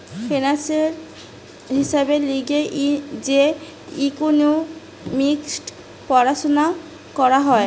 ফিন্যান্সের হিসাবের লিগে যে ইকোনোমিক্স পড়াশুনা করা হয়